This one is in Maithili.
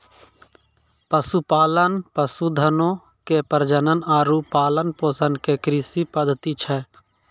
पशुपालन, पशुधनो के प्रजनन आरु पालन पोषण के कृषि पद्धति छै